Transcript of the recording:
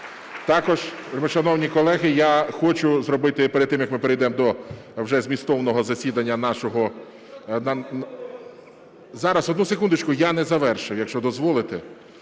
Також, вельмишановні колеги, я хочу зробити, перед тим як ми перейдемо до вже змістовного засідання нашого… Зараз, одну секундочку, я не завершив, якщо дозволите.